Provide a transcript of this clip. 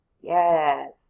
Yes